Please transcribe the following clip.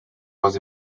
was